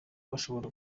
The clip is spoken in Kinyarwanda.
bashobora